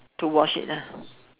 to wash it lah